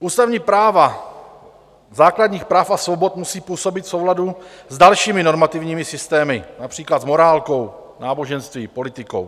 Ústavní práva základních práv a svobod musí působit v souladu s dalšími normativními systémy, například s morálkou, náboženstvím, politikou.